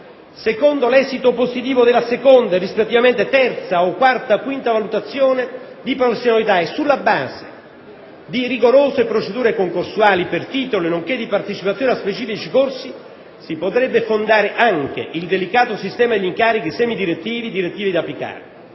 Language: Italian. secondo l'esito positivo della seconda e rispettivamente terza o quarta o quinta valutazione di professionalità, e sulla base di rigorose procedure concorsuali per titoli nonché di partecipazione a specifici corsi, si potrebbe fondare anche il delicato sistema degli incarichi semidirettivi, direttivi ed apicali;